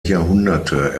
jahrhunderte